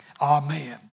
Amen